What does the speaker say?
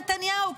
נתניהו,